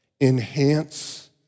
enhance